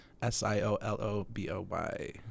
S-I-O-L-O-B-O-Y